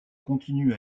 continue